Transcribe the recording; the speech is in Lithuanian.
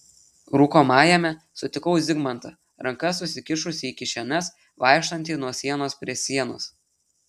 rūkomajame sutikau zigmantą rankas susikišusį į kišenes vaikštantį nuo sienos prie sienos